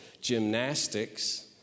gymnastics